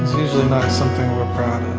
usually not something we're proud